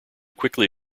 quickly